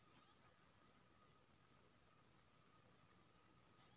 धान के फसल में सिंचाई हेतु केना प्रबंध बढ़िया होयत छै?